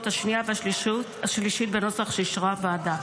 השנייה והשלישית בנוסח שאישרה הוועדה.